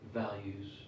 values